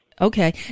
okay